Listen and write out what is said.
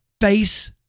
face